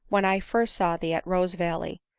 when i first saw thee at rosevalley,